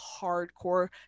hardcore